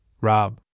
Rob